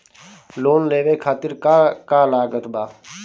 Loan लेवे खातिर का का लागत ब?